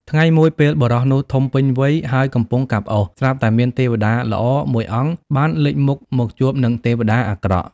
ថ្ងៃមួយ ពេលបុរសនោះធំពេញវ័យ ហើយកំពុងកាប់អុស ស្រាប់តែមាន ទេវតាល្អ មួយអង្គបានលេចមុខមកជួបនឹងទេវតាអាក្រក់។